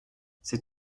c’est